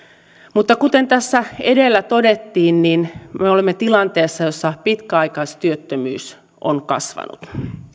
mutta kuten tässä edellä todettiin me olemme tilanteessa jossa pitkäaikaistyöttömyys on kasvanut